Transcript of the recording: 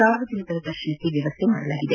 ಸಾರ್ವಜನಿಕರ ದರ್ಶನಕ್ಕೆ ವ್ಯವಸ್ಥೆ ಮಾಡಲಾಗಿದೆ